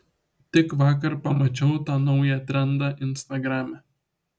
tik vakar pamačiau tą naują trendą instagrame